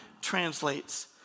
translates